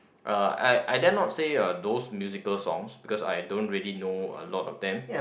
uh I I dare not say uh those musical songs because I don't really know a lot of them